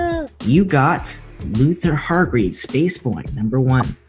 you got luther hargreaves, space boy, number one,